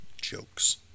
jokes